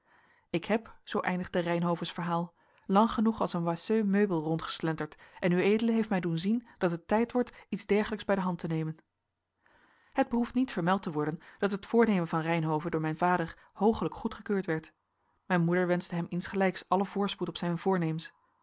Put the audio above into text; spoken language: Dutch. ik heb zoo eindigde reynhoves verhaal lang genoeg als een oiseux meubel rondgeslenterd en ued heeft mij doen zien dat het tijd wordt iets degelijks bij de hand te nemen het behoeft niet vermeld te worden dat het voornemen van reynhove door mijn vader hoogelijk goedgekeurd werd mijn moeder wenschte hem insgelijks allen voorspoed op zijne